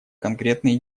конкретные